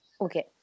Okay